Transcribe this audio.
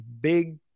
big